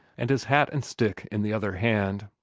and his hat and stick in the other hand.